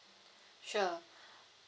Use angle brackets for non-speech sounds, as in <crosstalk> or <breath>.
<breath> sure <breath>